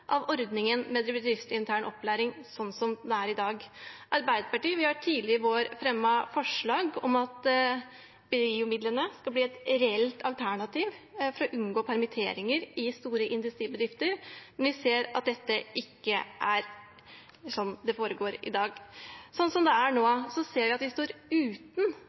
av ordningen med bedriftsintern opplæring, sånn som det er i dag. Arbeiderpartiet fremmet tidlig i vår forslag om at BIO-midlene skal bli et reelt alternativ for å unngå permitteringer i store industribedrifter, men vi ser at det ikke er sånn det foregår i dag. Sånn som det er nå, ser vi at de står uten